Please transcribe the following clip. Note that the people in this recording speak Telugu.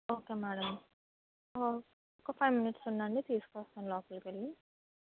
ఓకే మేడం ఒక ఫైవ్ మినిట్స్ ఉండండి తీసుకు వస్తాను లోపలికి వెళ్ళి